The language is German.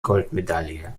goldmedaille